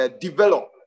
develop